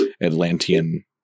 Atlantean